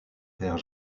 père